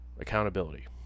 accountability